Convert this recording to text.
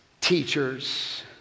teachers